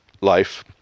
life